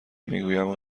میگویم